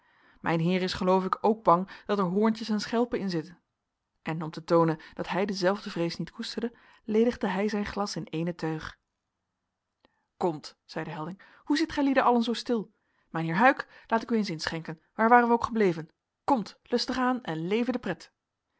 mijn heer is geloof ik ook bang dat er hoorntjes en schelpen in zitten en om te toonen dat hij dezelfde vrees niet koesterde ledigde hij zijn glas in ééne teug komt zeide helding hoe zit gijlieden allen zoo stil mijn heer huyck laat ik u eens inschenken waar waren wij ook gebleven komt lustig aan en leve de pret